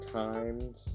times